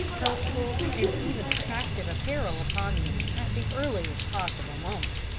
healthful, and even attractive apparel upon them at the earliest possible moment.